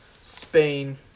Spain